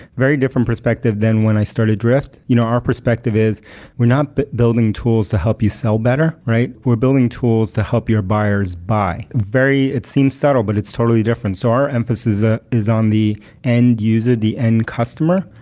very different perspective than when i started drift. you know our perspective is we're not but building tools to help you sell better, right? we're building tools to help your buyers buy. it seems subtle, but it's totally different so our emphasis is ah is on the end user, the end customer,